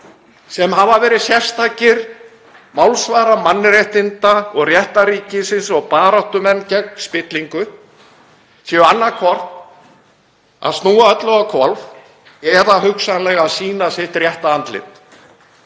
sem hafa verið sérstakir málsvarar mannréttinda og réttarríkisins og baráttumenn gegn spillingu séu annaðhvort að snúa öllu á hvolf eða hugsanlega að sýna sitt rétta andlit.